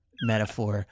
metaphor